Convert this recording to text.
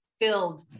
filled